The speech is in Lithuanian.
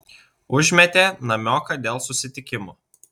užmetė namioką dėl susitikimo